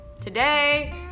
today